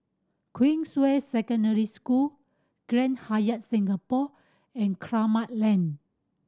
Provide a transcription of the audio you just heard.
Queensway Secondary School Grand Hyatt Singapore and Kramat Lane